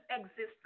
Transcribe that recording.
existence